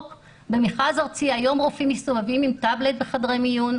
במכרז ארצי היום רופאים מסתובבים עם טבלט בחדרי מיון,